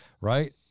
right